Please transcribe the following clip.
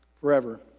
forever